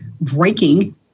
breaking